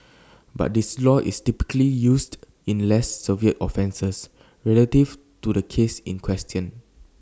but this law is typically used in less severe offences relative to the case in question